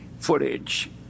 footage